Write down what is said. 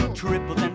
Triple